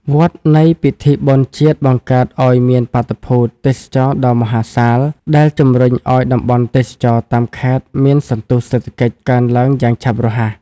វដ្តនៃពិធីបុណ្យជាតិបង្កើតឱ្យមានបាតុភូត "ទេសចរណ៍ដ៏មហាសាល" ដែលជំរុញឱ្យតំបន់ទេសចរណ៍តាមខេត្តមានសន្ទុះសេដ្ឋកិច្ចកើនឡើងយ៉ាងឆាប់រហ័ស។